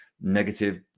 negative